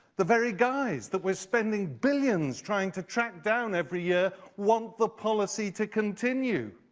the very guys that we're spending billions trying to track down every year want the policy to continue.